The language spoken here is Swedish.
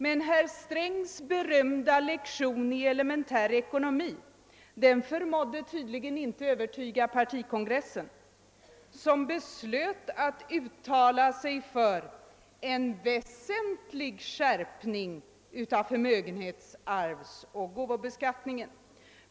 Men herr Strängs berömvärda lektion i elementär ekonomi förmådde tydligen inte övertyga partikongressen, som beslöt att uttala sig för en väsentlig skärpning av förmögenhets-, arvsoch gåvobeskattningen.